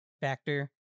factor